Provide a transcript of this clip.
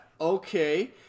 Okay